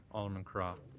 alderman carra.